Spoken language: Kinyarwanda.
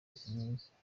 simwiza